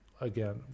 again